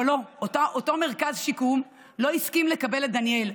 אבל לא, אותו מרכז שיקום לא הסכים לקבל את דניאל.